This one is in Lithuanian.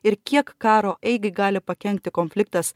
ir kiek karo eigai gali pakenkti konfliktas